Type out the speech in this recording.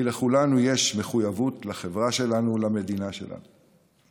כי לכולנו יש מחויבות לחברה שלנו ולמדינה שלנו.